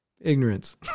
ignorance